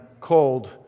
called